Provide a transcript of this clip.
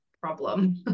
problem